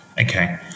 okay